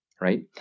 right